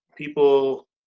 people